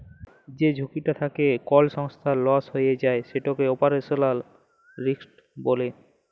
যে ঝুঁকিটা থ্যাকে কল সংস্থার লস হঁয়ে যায় সেটকে অপারেশলাল রিস্ক ব্যলে